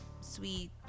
sweet